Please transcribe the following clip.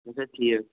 نَسا ٹھیٖک